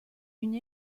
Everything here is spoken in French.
une